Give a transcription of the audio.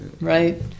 right